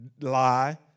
Lie